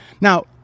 Now